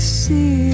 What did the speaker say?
see